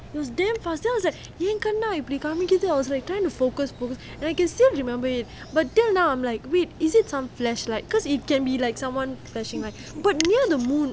it was damn fast then I was like ஏன் கண்னே இப்பிடி காமிக்கிது: yaen kannae ipidi kaamikithu I was trying to focus I can still remember it but till now I'm like wait is it some flashlight because it can be like someone flashing light but near the moon